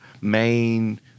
main